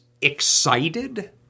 excited